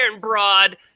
Broad